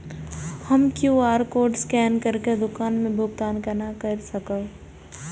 हम QR code scan करके दुकान में भुगतान केना कर सकब?